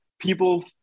people